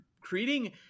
creating